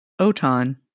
OTAN